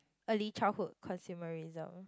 Early Childhood consumerism